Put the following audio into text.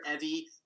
Evie